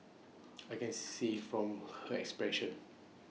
I can see from her expressions